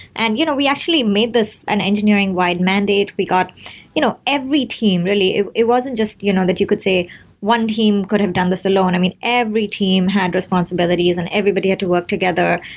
and you know we actually made this an engineering wide mandate. we got you know every team really it wasn't just you know that you could say one team could have done this alone. i mean, every team had responsibilities and everybody had to work together.